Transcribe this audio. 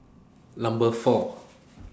Number four